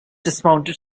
dismounted